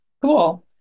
Cool